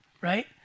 right